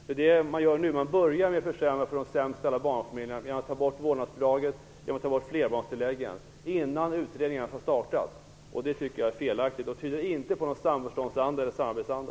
Nu börjar man med att försämra för de sämst ställda barnfamiljerna genom att ta bort vårdnadsbidraget och flerbarnstilläggen innan utredningen ens har startat. Jag tycker att det är fel. Det tyder inte på någon samförståndsanda eller samarbetsanda.